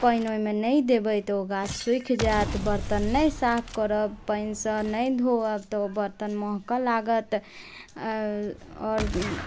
पानि ओहिमे नहि देबै तऽ ओ गाछ सूखि जायत बर्तन नहि साफ करब पानिसंँ नहि धोअब तऽ ओ बर्तन महकऽ लागत आओर